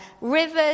rivers